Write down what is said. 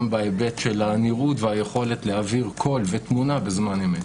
בהיבט של הנראות והיכולת להעביר קול ותמונה בזמן אמת.